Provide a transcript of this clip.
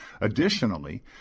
Additionally